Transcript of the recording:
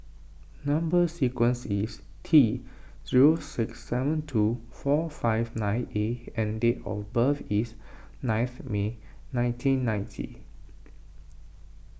Number Sequence is T zero six seven two four five nine A and date of birth is ninth May nineteen ninety